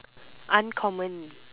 uncommon